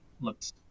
looks